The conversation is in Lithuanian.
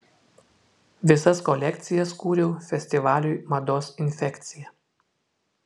visas kolekcijas kūriau festivaliui mados infekcija